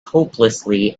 hopelessly